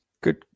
Good